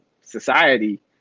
society